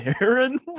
Aaron